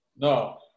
No